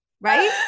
right